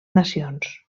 nacions